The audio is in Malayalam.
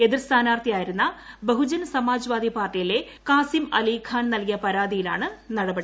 എതിർ സ്ഥാനാർത്ഥിയായിരുന്ന ബഹുജൻ സമാജ്വാദി പാർട്ടിയിലെ കാസിം അലിഖാൻ നൽകിയ പരാതിയിലാണ് നടപടി